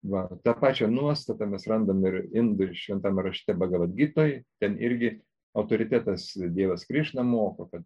va tą pačią nuostatą mes randame ir indų šventame rašte bahavadgitoj ten irgi autoritetas dievas krišna moko kad